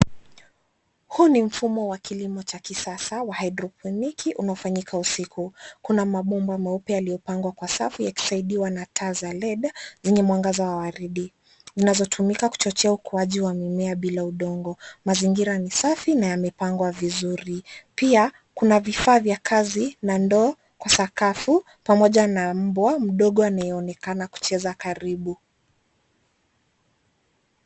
Huu ni mfumo wa kilimo cha kisasa wa hidropiniki unaofanyika usiku kuna mabomba meupe yaliyopangwa kwa safu yakisaidiwa na taa za LED zenye mwangaza wa waridi zinazotumika kuchochea ukuwaji wa mimea bila udongo. Mazingira ni safi na yamepangwa vizuri pia kuna vifaa vya kazi na ndoo kwa sakafu pamoja na mbwa mdogo anayeonekana kucheza karibu.